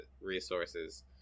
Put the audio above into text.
resources